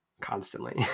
constantly